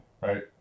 Right